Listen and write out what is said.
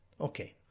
Okay